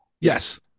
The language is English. Yes